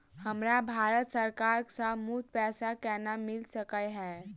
हमरा भारत सरकार सँ मुफ्त पैसा केना मिल सकै है?